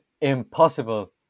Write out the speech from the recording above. impossible